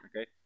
Okay